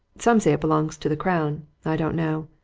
some say it belongs to the crown i don't know.